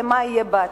מה יהיה בעתיד.